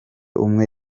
umwe